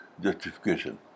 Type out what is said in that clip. justification